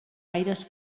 aires